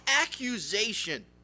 accusation